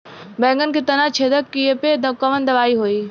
बैगन के तना छेदक कियेपे कवन दवाई होई?